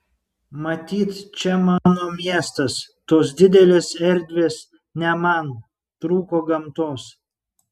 matyt čia mano miestas tos didelės erdvės ne man trūko gamtos